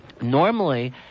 normally